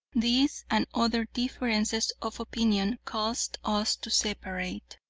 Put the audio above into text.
these and other differences of opinion caused us to separate.